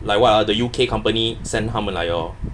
like what ah the U_K company send 他们来的 lor